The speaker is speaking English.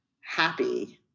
happy